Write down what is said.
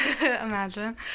Imagine